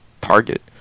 target